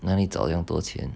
哪里找这样多钱